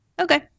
Okay